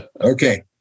Okay